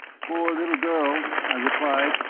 poor little girl, i replied,